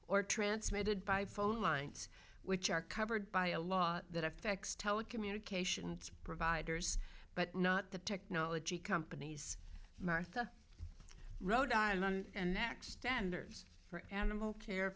or transmitted by phone lines which are covered by a law that affects telecommunications providers but not the technology companies martha wrote on and next standards for animal